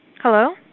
hello